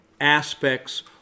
aspects